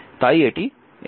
এটি তাই দেখাচ্ছে